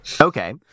okay